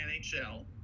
NHL